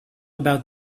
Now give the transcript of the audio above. about